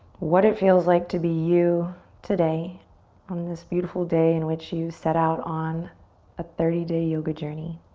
what it feels like to be you today on this beautiful day in which you set out on a thirty day yoga journey.